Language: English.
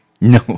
No